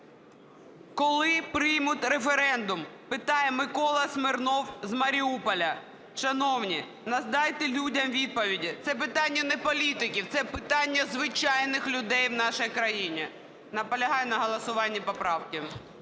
"Коли приймуть референдум?" – питає Микола Смірнов з Маріуполя. Шановні, надайте людям відповіді. Це питання не політиків, це питання звичайних людей в нашій країні. Наполягаю на голосуванні поправки.